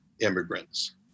immigrants